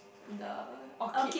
the orchid